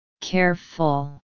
Careful